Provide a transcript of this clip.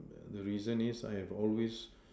the reason is I have always